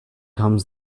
comes